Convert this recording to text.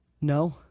No